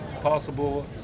possible